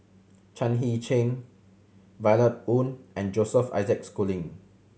Chan Heng Chee Violet Oon and Joseph Isaac Schooling